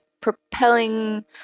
propelling